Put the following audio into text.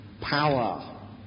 power